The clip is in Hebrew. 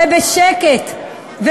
ובשקט,